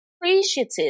appreciative